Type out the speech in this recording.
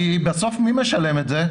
בסוף מי משלם את זה?